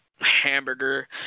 hamburger